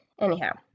Anyhow